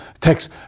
Text